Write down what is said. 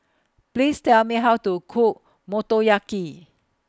Please Tell Me How to Cook Motoyaki